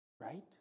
Right